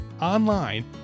online